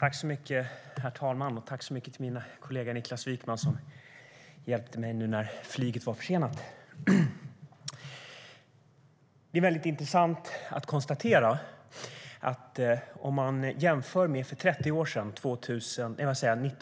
Herr talman! Jag tackar min kollega Niklas Wykman som hjälpte mig nu när mitt flyg var försenat. Det är intressant att konstatera att det sedan 1984, alltså för 30 år sedan,